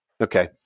Okay